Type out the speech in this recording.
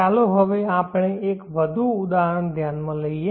ચાલો હવે આપણે એક વધુ ઉદાહરણ ધ્યાનમાં લઈએ